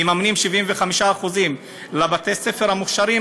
מממנים 75% לבתי-הספר המוכש"רים,